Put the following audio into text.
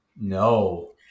No